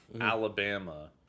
Alabama